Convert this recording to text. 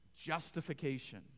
justification